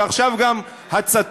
ועכשיו גם הצתות,